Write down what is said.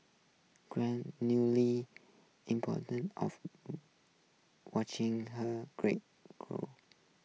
grand newly important of watching her great group